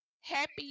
happy